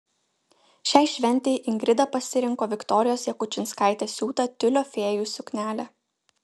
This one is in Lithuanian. šiai šventei ingrida pasirinko viktorijos jakučinskaitės siūtą tiulio fėjų suknelę